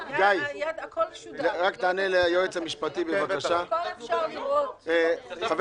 הכול שודר, הכול אפשר לראות.